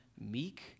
meek